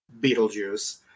Beetlejuice